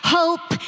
hope